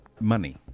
Money